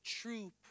true